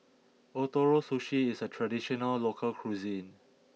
Ootoro Sushi is a traditional local cuisine